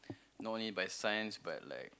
not only by science but like